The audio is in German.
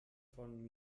von